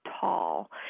tall